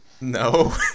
no